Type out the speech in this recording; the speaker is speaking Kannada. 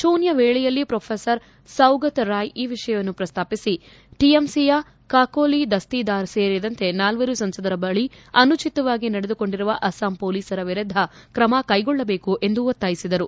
ಶೂನ್ಯವೇಳೆಯಲ್ಲಿ ಪ್ರೊಪಸರ್ ಸೌಗತರಾಯ್ ಈ ವಿಷಯವನ್ನು ಪ್ರಸ್ತಾಪಿಸಿ ಟಿಎಂಸಿಯ ಕಾಕೋಲಿ ದಸ್ತಿದಾರ್ ಸೇರಿದಂತೆ ನಾಲ್ವರು ಸಂಸದರ ಬಳಿ ಅನುಚಿತವಾಗಿ ನಡೆದುಕೊಂಡಿರುವ ಅಸ್ಲಾಂ ಪೊಲೀಸರ ವಿರುದ್ಧ ಕ್ರಮ ಕೈಗೊಳ್ಳಬೇಕು ಎಂದು ಒತ್ತಾಯಿಸಿದರು